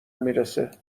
میرسه